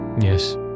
yes